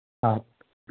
आम्